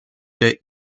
der